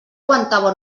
aguantava